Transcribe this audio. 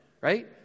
right